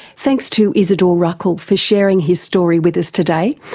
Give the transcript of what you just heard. thanks to izidor ruckel for sharing his story with us today.